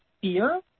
fear